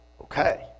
okay